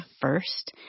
first